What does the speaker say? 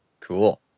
cool